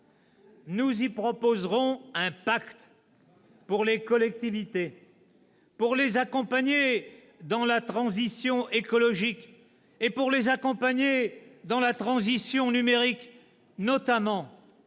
Nous y proposerons un pacte pour les collectivités, pour les accompagner dans la transition écologique et pour les accompagner dans la transition numérique, en